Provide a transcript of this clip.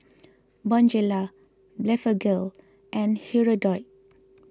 Bonjela Blephagel and Hirudoid